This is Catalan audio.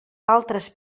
altres